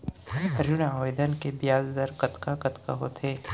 ऋण आवेदन के ब्याज दर कतका कतका होथे?